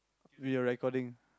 we are recording